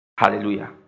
hallelujah